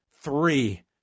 three